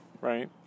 right